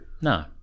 No